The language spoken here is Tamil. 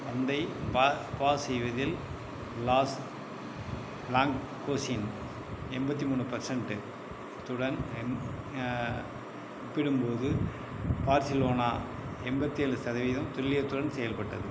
பந்தை பா பாஸ் செய்வதில் லாஸ் பிளாங்கோஸின் எண்பத்தி மூணு பர்சண்ட்டு த்துடன் எங் ஒப்பிடும் போது பார்சிலோனா எண்பத்தி ஏழு சதவீதம் துல்லியத்துடன் செயல்பட்டது